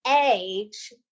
age